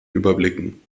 überblicken